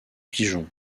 pigeon